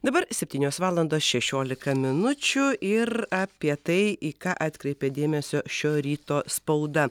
dabar septynios valandos šešiolika minučių ir apie tai į ką atkreipė dėmesio šio ryto spauda